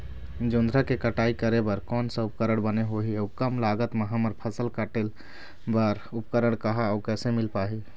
जोंधरा के कटाई करें बर कोन सा उपकरण बने होही अऊ कम लागत मा हमर फसल कटेल बार उपकरण कहा अउ कैसे मील पाही?